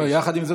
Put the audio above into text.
עם זאת,